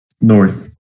North